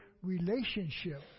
Relationship